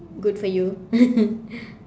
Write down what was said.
good for you